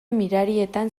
mirarietan